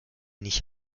nicht